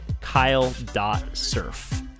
kyle.surf